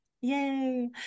Yay